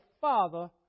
Father